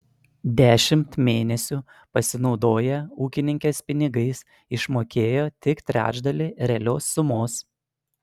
dešimt mėnesių pasinaudoję ūkininkės pinigais išmokėjo tik trečdalį realios sumos